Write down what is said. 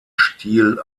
stil